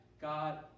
god